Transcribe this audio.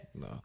No